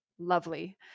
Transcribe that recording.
Lovely